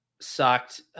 sucked –